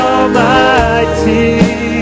Almighty